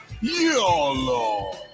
YOLO